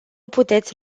puteți